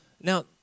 Now